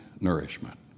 nourishment